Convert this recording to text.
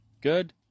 Good